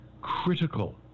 critical